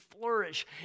flourish